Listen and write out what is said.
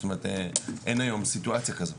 אין היום סיטואציה כזאת.